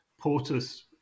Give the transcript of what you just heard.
Portus